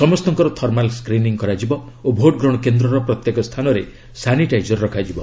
ସମସ୍ତଙ୍କର thermal screening କରାଯିବ ଓ ଭୋଟ ଗ୍ରହଣ କେନ୍ଦ୍ରର ପ୍ରତ୍ୟେକ ସ୍ଥାନରେ ସାନିଟାଇଜର୍ ରଖାଯିବ